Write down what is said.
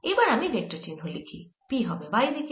এবার আমি ভেক্টর চিহ্ন লিখি P হবে y দিকে